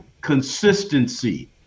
consistency